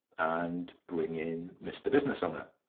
and bring in mr. business owner